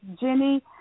Jenny